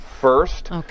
first